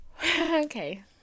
Okay